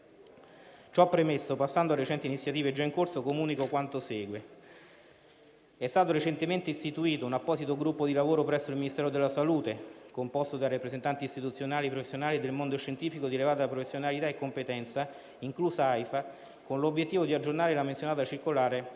Ciò premesso, passando a recenti iniziative già in corso, comunico quanto segue: è stato recentemente istituito un apposito gruppo di lavoro presso il Ministero della salute, composto da rappresentanti istituzionali e professionali del mondo scientifico di elevata professionalità e competenza, inclusa AIFA, con l'obiettivo di aggiornare la menzionata circolare del